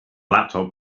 laptop